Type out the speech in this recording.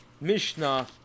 Mishnah